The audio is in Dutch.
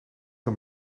een